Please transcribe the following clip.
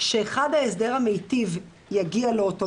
אחד שיקבל את ההסדר המיטיב אוטומטית,